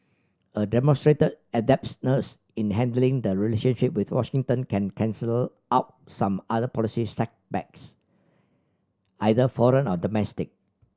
a demonstrated adeptness in handling the relationship with Washington can cancel out some other policy setbacks either foreign or domestic